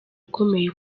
ukomeye